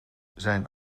zijn